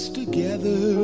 together